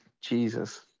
Jesus